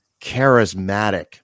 charismatic